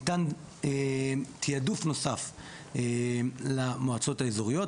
ניתן תיעדוף נוסף לנועצות האזוריות.